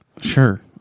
Sure